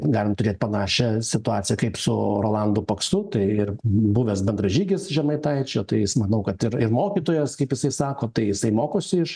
galim turėt panašią situaciją kaip su rolandu paksu tai ir buvęs bendražygis žemaitaičio tai jis manau kad ir ir mokytojas kaip jisai sako tai jisai mokosi iš